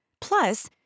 Plus